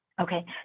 Okay